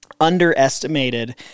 underestimated